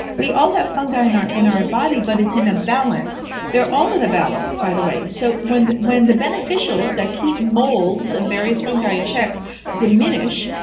we all have fungi in our in our body, but it's in a balance they're all in a balance, by the way. so when when the beneficials that keep molds of various fungi in check diminish,